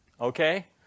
Okay